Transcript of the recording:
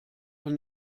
von